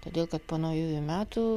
todėl kad po naujųjų metų